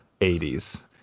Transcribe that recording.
80s